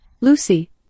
Lucy